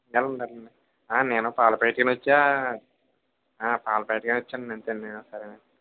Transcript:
వెల్లండి వెల్లండి నేను పాల ప్యాకెట్కి అని వచ్చా పాల ప్యాకెట్కి అని వచ్చానండి అంతే సరేనండి